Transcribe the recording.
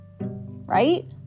Right